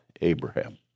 Abraham